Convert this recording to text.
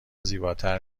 زیباتر